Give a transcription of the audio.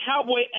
Cowboy